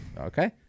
Okay